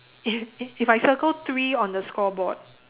if if I circle three on the scoreboard